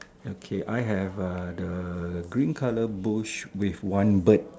okay I have the green colour bush with one bird